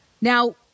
Now